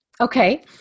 okay